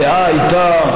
הדעה הייתה,